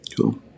Cool